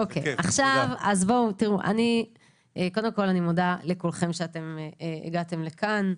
קודם כול, אני מודה לכולכם על כך שהגעתם לכאן.